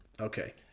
Okay